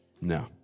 No